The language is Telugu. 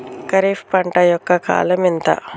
ఖరీఫ్ పంట యొక్క కాలం ఎంత?